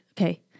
Okay